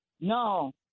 No